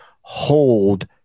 hold